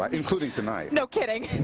like including tonight. no kidding.